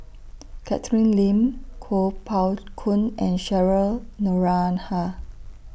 Catherine Lim Kuo Pao Kun and Cheryl Noronha